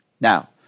Now